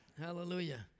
Hallelujah